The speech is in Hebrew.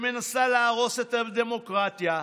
שמנסה להרוס את הדמוקרטיה,